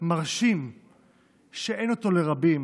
מרשים שאין אותו לרבים,